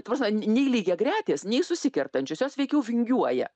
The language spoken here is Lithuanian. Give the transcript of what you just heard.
ta prasme nei lygiagretės nei susikertančios jos veikiau vingiuoja